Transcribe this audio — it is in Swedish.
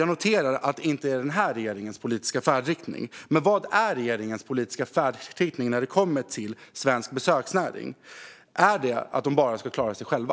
Jag noterar att det inte är den här regeringens politiska färdriktning. Vad är regeringens politiska färdriktning när det kommer till svensk besöksnäring? Är det att företagen bara ska klara sig själva?